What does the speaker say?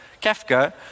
Kafka